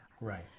Right